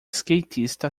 skatista